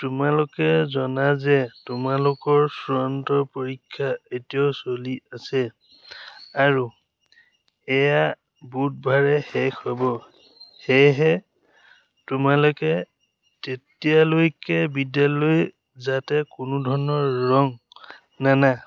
তোমালোকে জানা যে তোমালোকৰ চূড়ান্ত পৰীক্ষা এতিয়াও চলি আছে আৰু এয়া বুধবাৰে শেষ হ'ব সেয়েহে তোমালোকে তেতিয়ালৈকে বিদ্যালয়লৈ যাতে কোনোধৰণৰ ৰং নানা